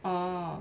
oh